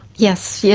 yes, yeah